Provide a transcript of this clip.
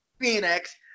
Phoenix